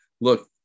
Look